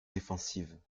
défensive